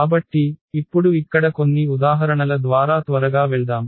కాబట్టి ఇప్పుడు ఇక్కడ కొన్ని ఉదాహరణల ద్వారా త్వరగా వెళ్దాం